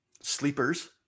Sleepers